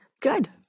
good